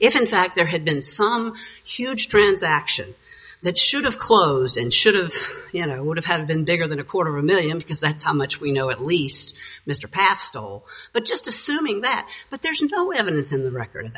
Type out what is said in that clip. if in fact there had been some huge transaction that should have closed and should have you know would have had been bigger than a quarter million because that's how much we know at least mr pastoral but just assuming that but there's no evidence in the record